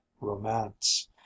romance